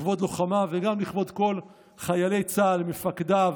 לכבוד לוחמיו וגם לכבוד כל חיילי צה"ל ומפקדיו